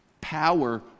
power